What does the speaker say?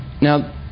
Now